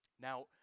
Now